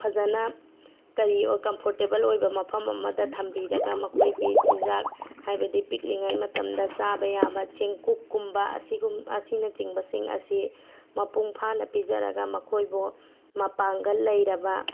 ꯐꯖꯅ ꯀꯔꯤ ꯀꯝꯐꯣꯔꯇꯦꯕꯜ ꯑꯣꯏꯕ ꯃꯐꯝ ꯑꯃꯗ ꯊꯝꯕꯤꯔꯒ ꯃꯈꯣꯏꯒꯤ ꯆꯤꯟꯖꯥꯛ ꯍꯥꯏꯕꯗꯤ ꯄꯤꯛꯂꯤꯉꯩ ꯃꯇꯝꯗ ꯆꯥꯕ ꯌꯥꯕ ꯆꯦꯡꯀꯨꯞ ꯀꯨꯝꯕ ꯑꯁꯤꯒꯨꯝ ꯑꯁꯤꯅꯆꯤꯡꯕꯁꯤꯡ ꯑꯁꯤ ꯃꯄꯨꯡ ꯐꯥꯅ ꯄꯤꯖꯔꯒ ꯃꯈꯣꯏꯕꯨ ꯃꯄꯥꯡꯒꯜ ꯂꯩꯔꯕ